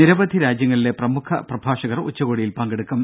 നിരവധി രാജ്യങ്ങളിലെ പ്രമുഖ പ്രഭാഷകർ ഉച്ചകോടിയിൽ പങ്കെടുക്കും